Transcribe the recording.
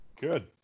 good